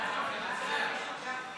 אתה יכול לחזור מהתחלה?